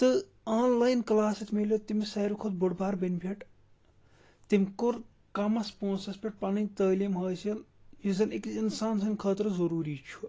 تہٕ online class سۭتۍ میلیو تٔمِس ساروی کھۄت بوٚڑ بار بٮ۪نفِٹ تٔمۍ کوٚر کَمَس پونٛسَس پٮ۪ٹھ پَنٕنۍ تٲلیٖم حٲصِل یُس زَن أکِس اِنسان سٕنٛدۍ خٲطرٕ ضٔروٗری چھُ